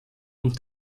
und